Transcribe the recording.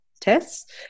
tests